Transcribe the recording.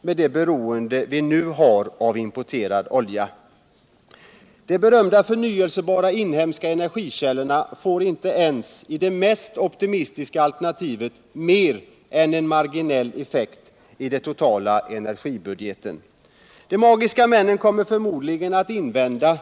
med det beroende vi nu har av importerad olja. De berömda förnyelsebara inhemska energikällorna får inte ens i det mest optimistiska alternativet mer än en marginell effekt i den totala energibudgeten. De magiska männen kommer förmodligen att invända.